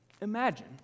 imagine